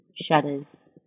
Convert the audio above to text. shudders